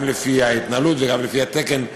גם לפי ההתנהלות וגם לפי התקן,